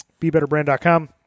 BeBetterBrand.com